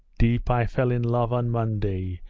deep i fell in love on monday,